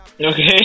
okay